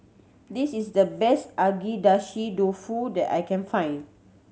this is the best Agedashi Dofu that I can find